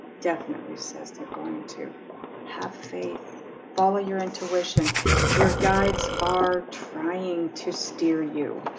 definitely says they're going to have faith follow your intuition your guides are trying to steer you.